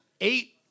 eight